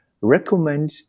recommend